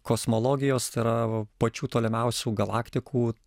kosmologijos tai yra pačių tolimiausių galaktikų